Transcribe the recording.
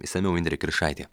išsamiau indrė kiršaitė